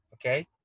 Okay